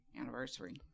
anniversary